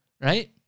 right